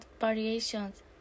variations